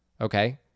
Okay